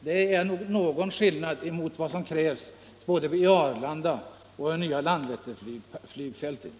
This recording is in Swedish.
Det är nog litet skillnad mot vad som krävs både vid Arlanda och vid det nya Landvetterflygfältet.